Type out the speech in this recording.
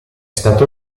stata